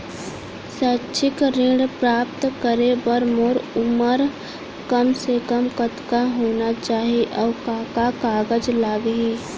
शैक्षिक ऋण प्राप्त करे बर मोर उमर कम से कम कतका होना चाहि, अऊ का का कागज लागही?